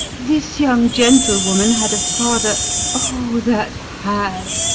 this young gentlewoman had a father o, that had,